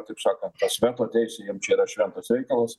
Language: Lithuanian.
taip sakant veto teisė jiem čia yra šventas reikalas